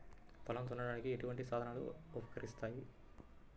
పొలం దున్నడానికి ఎటువంటి సాధనాలు ఉపకరిస్తాయి?